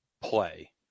play